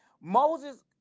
Moses